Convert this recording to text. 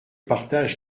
partage